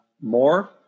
more